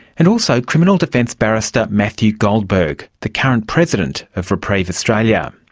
and also criminal defence barrister matthew goldberg, the current president of reprieve australia.